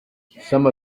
some